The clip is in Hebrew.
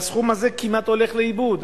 והסכום הזה כמעט הולך לאיבוד.